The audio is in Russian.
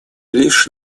лишь